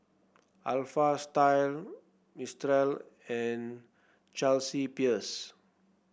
Alpha Style Mistral and Chelsea Peers